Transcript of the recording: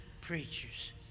preachers